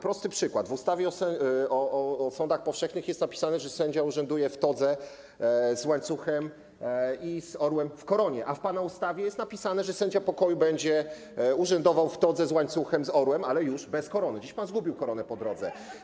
Prosty przykład: w ustawie o sądach powszechnych jest napisane, że sędzia urzęduje w todze z łańcuchem i orłem w koronie, a w pana ustawie jest napisane, że sędzia pokoju będzie urzędował w todze z łańcuchem z orłem, ale już bez korony, gdzieś pan zgubił koronę po drodze.